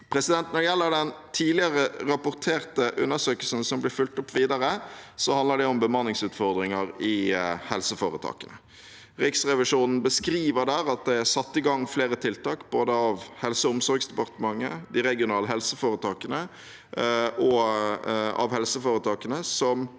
Når det gjelder den tidligere rapporterte undersøkelsen som blir fulgt opp videre, handler det om bemanningsutfordringer i helseforetakene. Riksrevisjonen beskriver der at det er satt i gang flere tiltak, både av Helseog omsorgsdepartementet, av de regionale helseforetakene og av helseforetakene,